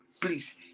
please